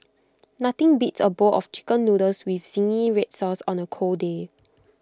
nothing beats A bowl of Chicken Noodles with Zingy Red Sauce on A cold day